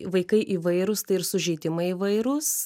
vaikai įvairūs tai ir sužeidimai įvairūs